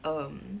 um